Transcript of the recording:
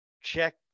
check